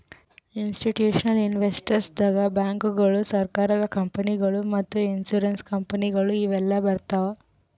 institutional investors ದಾಗ್ ಬ್ಯಾಂಕ್ಗೋಳು, ಸರಕಾರದ ಕಂಪನಿಗೊಳು ಮತ್ತ್ ಇನ್ಸೂರೆನ್ಸ್ ಕಂಪನಿಗೊಳು ಇವೆಲ್ಲಾ ಬರ್ತವ್